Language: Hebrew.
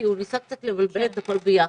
כי הוא ניסה קצת לבלבל הכול ביחד.